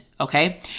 Okay